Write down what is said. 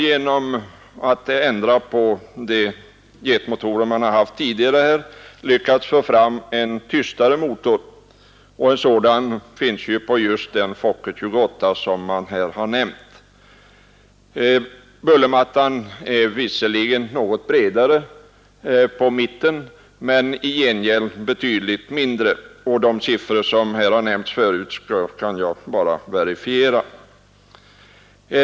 Genom att ändra de jetmotorer man tidigare har haft har man lyckats få fram en mera tystgående motor, och en sådan finns på den Fokker F-28 som här har nämnts. Bullermattan är visserligen något bredare på mitten men i gengäld betydligt mindre. De siffror som här nämnts tidigare kan jag bara verifiera.